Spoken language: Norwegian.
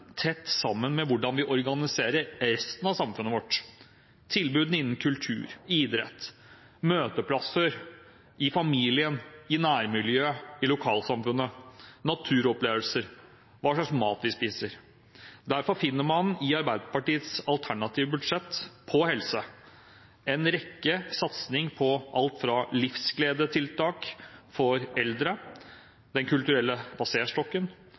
tett sammen med hvordan vi organiserer resten av samfunnet vårt: tilbud innen kultur og idrett, møteplasser – i familien, nærmiljøet og lokalsamfunnet – naturopplevelser og hva slags mat vi spiser. Derfor finner man i Arbeiderpartiets alternative budsjett på helse en rekke satsinger på alt fra livsgledetiltak for eldre, Den kulturelle